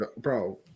Bro